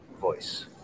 voice